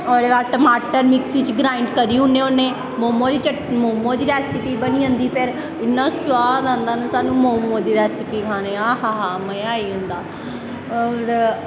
ओह्दै बाद टमाटर मिक्सी च ग्राईंड करी ओड़ने होन्ने मोमो दी रैसिपी बनी जंदी फिर इन्ना सुआद आंदा ना स्हानू मोमो दी रैसिपी खाने ई ओ हा हा मज़ा आई जंदा और